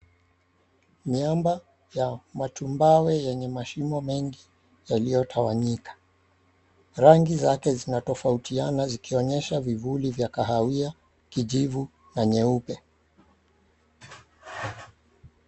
Nyamba ya matumbawe yenye mashimo mengi yaliyotawanyika. Rangi zake zinatofautiana zikionyesha vivuli vya kahawia, kijivu na nyeupe.